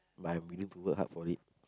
but I'm willing to work hard for it